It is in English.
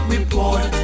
Report